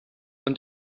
und